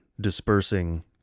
dispersing